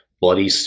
bloody